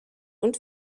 und